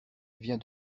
vient